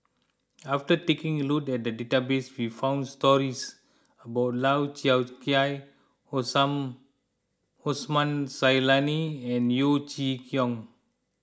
after taking a look at the database we found stories about Lau Chiap Khai Osman Zailani and Yeo Chee Kiong